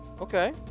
Okay